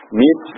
meet